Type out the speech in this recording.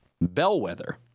Bellwether